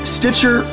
Stitcher